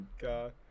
god